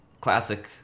Classic